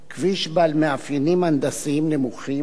כביש בעל מאפיינים הנדסיים נמוכים,